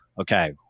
okay